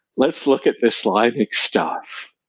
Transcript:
let's look at this linus stuff.